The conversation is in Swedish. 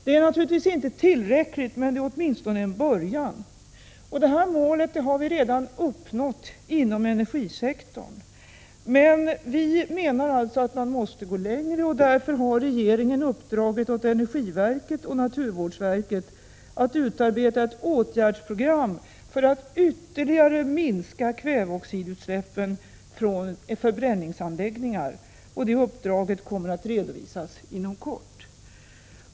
Det är naturligtvis inte tillräckligt, men det är åtminstone en början. Det här målet har vi redan uppnått inom energisektorn. Vi menar emellertid att man måste gå längre, och därför har regeringen uppdragit åt energiverket och naturvårdsverket att utarbeta ett åtgärdsprogram för att ytterligare minska kväveoxidutsläppen från förbränningsanläggningar. Resultatet av det uppdraget kommer att redovisas inom kort.